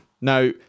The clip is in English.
Now